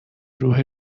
روح